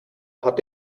hat